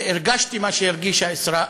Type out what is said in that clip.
הרגשתי מה שהרגישה אסראא